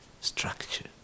structure